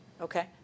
Okay